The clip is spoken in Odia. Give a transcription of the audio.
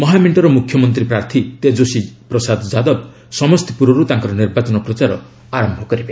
ମହାମେଣ୍ଟର ମୁଖ୍ୟମନ୍ତ୍ରୀ ପ୍ରାର୍ଥୀ ତେଜସ୍ୱୀ ପ୍ରସାଦ ଯାଦବ ସମସ୍ତିପୁରରୁ ତାଙ୍କର ନିର୍ବାଚନ ପ୍ରଚାର ଆରମ୍ଭ କରିବେ